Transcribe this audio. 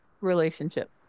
relationship